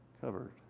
Covered